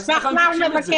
אז על סמך מה הוא מבקש?